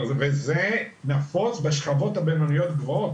זה נפוץ בשכבות הבינוניות-גבוהות,